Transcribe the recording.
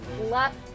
left